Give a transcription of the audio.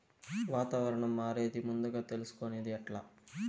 వాతావరణం మారేది ముందుగా తెలుసుకొనేది ఎట్లా?